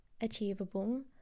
achievable